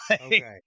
okay